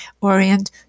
orient